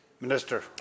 Minister